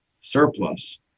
surplus